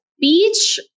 beach